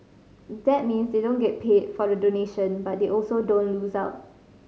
that means they don't get paid for the donation but they also don't lose out